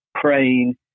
praying